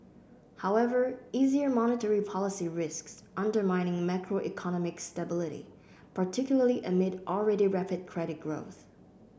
however easier monetary policy risks undermining macroeconomic stability particularly amid already rapid credit growth